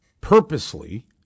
purposely